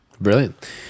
Brilliant